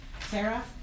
Sarah